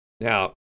Now